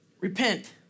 Repent